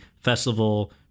festival